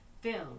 filled